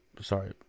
Sorry